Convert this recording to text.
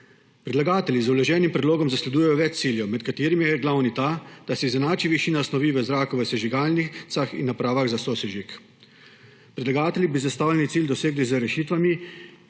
Predlagatelji z vloženim predlogom zasledujejo več ciljev, med katerimi je glavni ta, da se izenači višina snovi v zraku v sežigalnicah in napravah za sosežig. Predlagatelji bi zastavljeni cilj dosegli z rešitvami,